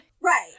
Right